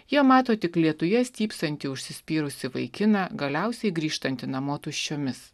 jie mato tik lietuje stypsantį ušsispyrusį vaikiną galiausiai grįžtantį namo tuščiomis